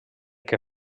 que